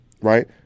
Right